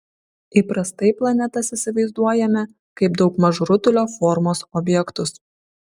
įprastai planetas įsivaizduojame kaip daugmaž rutulio formos objektus